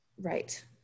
Right